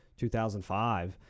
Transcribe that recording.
2005